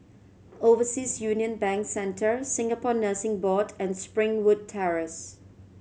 Overseas Union Bank Centre Singapore Nursing Board and Springwood Terrace